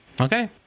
Okay